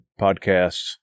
podcasts